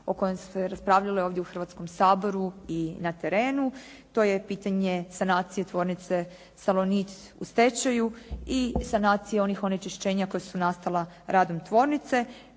o kojem ste raspravljali ovdje u Hrvatskom saboru i na terenu. To je pitanje sanacije tvornice “Salonit“ u stečaju i sanacije onih onečišćenja koja su nastala radom tvornice,